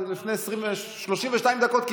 לפני 32 דקות.